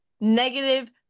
Negative